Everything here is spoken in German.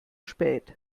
spät